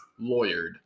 lawyered